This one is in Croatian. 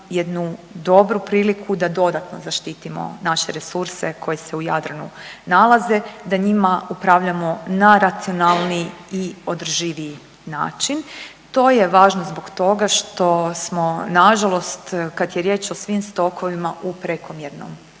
jednu dobru priliku da dodatno zaštitimo naše resurse koji se u Jadranu nalaze, da njima upravljamo na racionalniji i održiviji način. To je važno zbog toga što smo nažalost kad je riječ o svim stokovima u prekomjernom